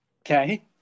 Okay